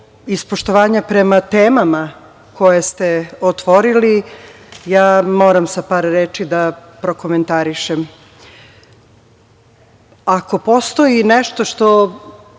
iz poštovanja prema temama koje ste otvorili, ja moram sa par reči da prokomentarišem. Ako postoji nešto što